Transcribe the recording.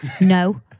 No